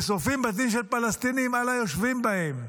ושורפים בתים של פלסטינים על היושבים בהם,